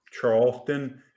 Charleston